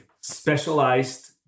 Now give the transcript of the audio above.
specialized